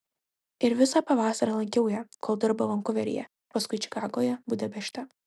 ir visą pavasarį lankiau ją kol dirbo vankuveryje paskui čikagoje budapešte